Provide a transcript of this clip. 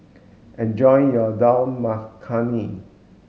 enjoy your Dal Makhani